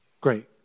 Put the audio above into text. Great